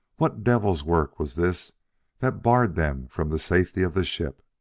what devil's work was this that barred them from the safety of the ship?